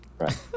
Right